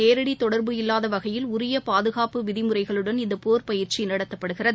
நேரடி தொடர்பு இல்லாத வகையில் உரிய பாதகாப்பு விதிமுறைகளுடன் இந்தப் போர் பயிற்சி நடத்தப்படுகிறது